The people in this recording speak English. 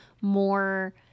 more